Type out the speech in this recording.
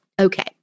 Okay